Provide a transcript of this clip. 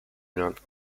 not